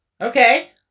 Okay